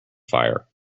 fire